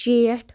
شیٹھ